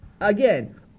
Again